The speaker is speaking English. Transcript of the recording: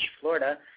Florida